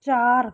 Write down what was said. ਚਾਰ